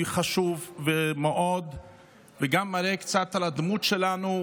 וחשוב מאוד וגם מראה על הדמות שלנו,